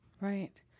Right